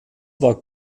war